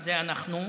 אנחנו,